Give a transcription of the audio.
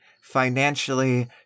financially